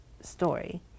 story